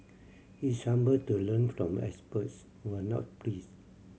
he is humble to learn from experts who are not